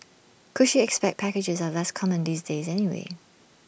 cushy expat packages are less common these days anyway